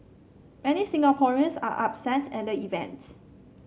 many Singaporeans are upset at the event